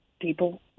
people